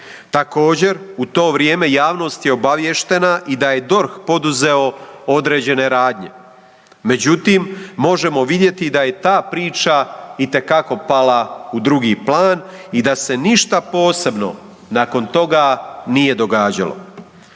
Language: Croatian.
Također u to vrijeme javnost je obaviještena i da je DORH poduzeo određene radnje. Međutim, možemo vidjeti da je ta priča itekako pala u drugi plan i da se ništa posebno nakon toga nije događalo.